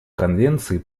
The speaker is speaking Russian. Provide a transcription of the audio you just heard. конвенции